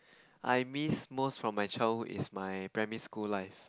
I miss most from my childhood is my primary school life